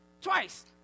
twice